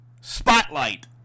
Spotlight